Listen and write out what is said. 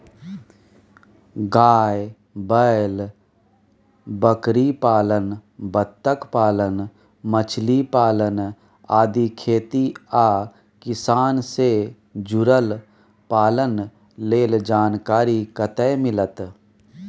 गाय, बैल, बकरीपालन, बत्तखपालन, मछलीपालन आदि खेती आ किसान से जुरल पालन लेल जानकारी कत्ते मिलत?